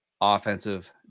offensive